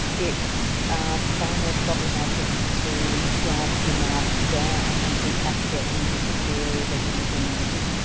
it's far more problematic to drive the knife down and be accurate and to hit the area that you're intending to hit.